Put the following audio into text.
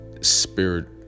spirit